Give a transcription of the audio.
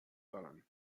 دارن